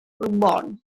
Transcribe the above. reborn